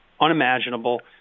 unimaginable